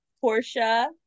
Portia